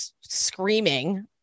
screaming